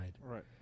Right